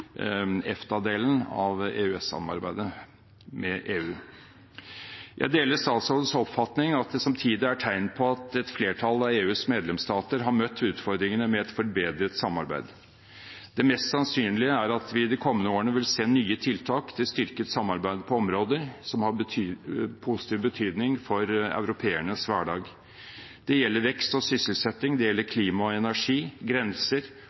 av EØS-samarbeidet med EU. Jeg deler statsrådens oppfatning av at det samtidig er tegn på at et flertall av EUs medlemsstater har møtt utfordringene med et forbedret samarbeid. Det mest sannsynlige er at vi de kommende årene vil se nye tiltak til styrket samarbeid på områder som har positiv betydning for europeernes hverdag. Det gjelder vekst og sysselsetting, det gjelder klima og energi, grenser